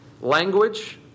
language